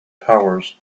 powers